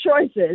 choices